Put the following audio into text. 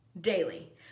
daily